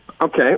Okay